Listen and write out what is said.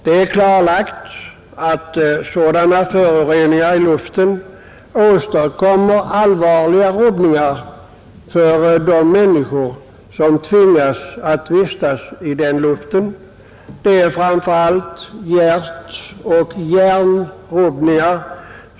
Det är klarlagt att sådana föroreningar i luften åstadkommer allvarliga rubbningar för de människor som inandas den luften. De får framför allt hjärtoch hjärnsjukdomar.